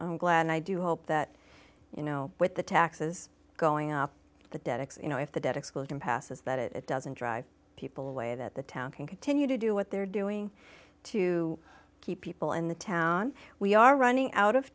can i do hope that you know with the taxes going up the decks you know if the debt explosion passes that it doesn't drive people away that the town can continue to do what they're doing to keep people in the town we are running out of